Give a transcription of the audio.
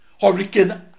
hurricane